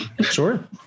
Sure